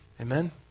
Amen